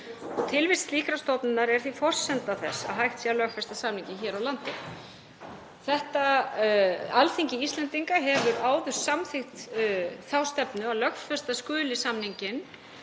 tilvist slíkrar stofnunar því forsenda þess að hægt sé að lögfesta samninginn hér á landi. Alþingi Íslendinga hefur áður samþykkt þá stefnu að lögfesta skuli samninginn